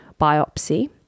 biopsy